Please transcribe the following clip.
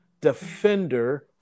Defender